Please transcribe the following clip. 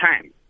time